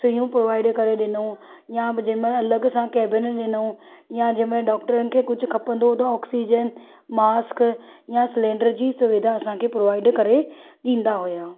सुयूं प्रोवाइड करे ॾिनऊं या जंहिं महिल अलॻि सां कैबिन ॾिनऊं या जंहिंमें डाक्टरनि खे कुझु खपंदो हुओ त ऑक्सीजन मास्क या सिलैंडर जी सुविधा असांखे प्रोवाइड करे ॾींदा हुआ